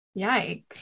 Yikes